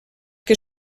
que